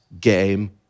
game